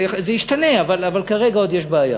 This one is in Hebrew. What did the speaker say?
זה ישתנה, אבל כרגע עוד יש בעיה.